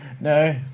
no